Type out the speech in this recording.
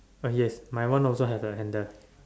oh yes my one also has a handle